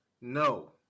No